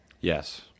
Yes